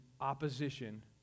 opposition